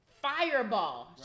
Fireball